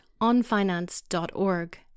onfinance.org